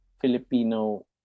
Filipino